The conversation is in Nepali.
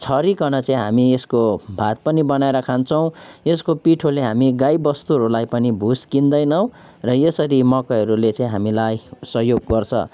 छरिकन चाहिँ हामी यसको भात पनि बनाएर खान्छौँ यसको पिठोले हामी गाईबस्तुहरूलाई पनि भुस किन्दैनौँ र यसरी मकैहरूले चाहिँ हामीलाई सहयोग गर्छ